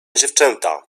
dziewczęta